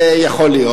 יכול להיות.